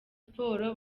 sports